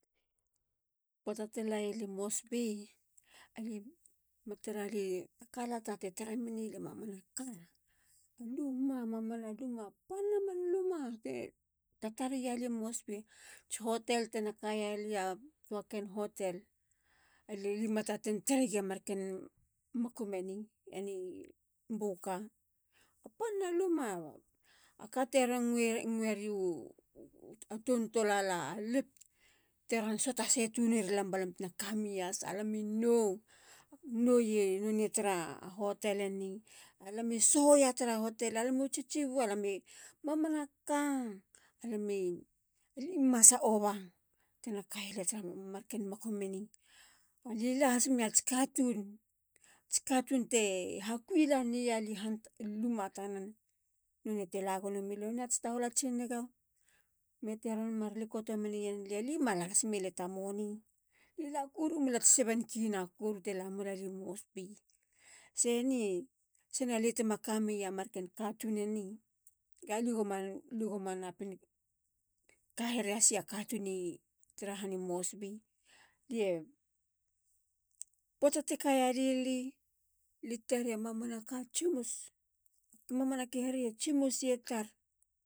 Poata ti layalia i mosbi. alia mataralia takalata ti taramenilia mamana ka. a luma. mamana luma. man panna man luma ti tareyalia i mosbi. Ats hotel tina kayalia. a toa ken hotel. alie ma taten taregia marken makum eni i buka. a panna luma. A kateron ngueriu ton tolala lift. teron suatase tunerlam batena kami yasa. alami no. no ye none tara hotel eni. alami soho ya tara hotel. alamu tsitsibu. alami. mamanaka alami. ali masa ova tina kayalia tara marken makum eni. ali la has me ats katun. ats katun tu hakui laneya lia i han i luma tanen. none te lagonome yolia. nonei ats tahol ats niga. me teron likoto meyenlia. li ma lahas mele ta money,. li lakoru melats seven kina(k7. 00) koru tilamelali mosbi. se ni. sana lia tima kameya marken katun eni. galie go manapin ka here has ya katun i tara han i mosbi. lie. poata ti kayalia. li. li tareya mamanaka tsimus. mamanake. hereye tsimus ye tar.